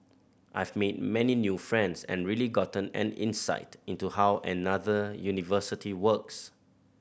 I've made many new friends and really gotten an insight into how another university works